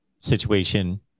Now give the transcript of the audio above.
situation